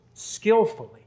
skillfully